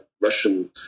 Russian